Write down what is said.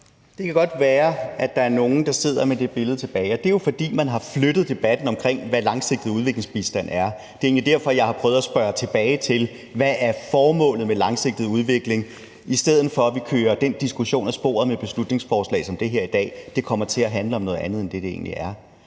Det kan godt være, at der er nogle, der sidder tilbage med det billede, og det er jo, fordi man har flyttet debatten om, hvad langsigtet udviklingsbistand er. Det er egentlig derfor, jeg har prøvet at spørge tilbage til, hvad der er formålet med langsigtet udvikling; i stedet for at vi kører den diskussion af sporet med beslutningsforslag som det her i dag. Det kommer til at handle om noget andet end det, det egentlig er.